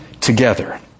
together